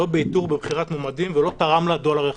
לא באיתור בבחירת מועמדים, ולא תרם לה דולר אחד.